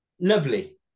lovely